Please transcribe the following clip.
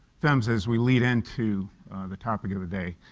phmsa as we lead into the topic of the day.